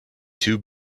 two